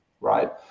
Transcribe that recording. right